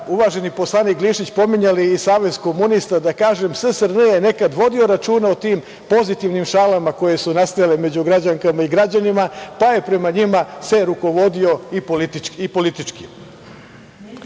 uvaženi poslanik Glišić pominjali i Savez komunista, da kažem SSRN je nekada vodio računa o tim pozitivnim šalama koje su nastajale među građankama i građanima, pa se prema njima rukovodio i politički.U